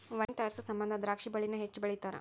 wine ತಯಾರಿಸು ಸಮಂದ ದ್ರಾಕ್ಷಿ ಬಳ್ಳಿನ ಹೆಚ್ಚು ಬೆಳಿತಾರ